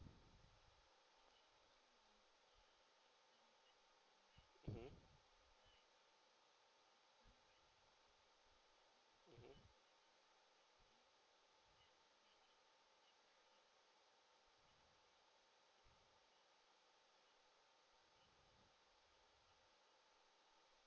mmhmm